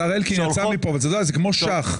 השר אלקין יצא מכאן אבל זה כמו שח.